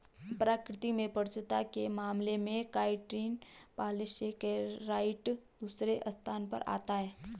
प्रकृति में प्रचुरता के मामले में काइटिन पॉलीसेकेराइड दूसरे स्थान पर आता है